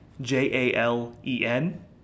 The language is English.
J-A-L-E-N